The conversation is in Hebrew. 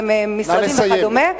ממשרדים וכדומה.